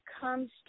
comes